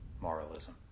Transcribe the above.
moralism